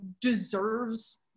deserves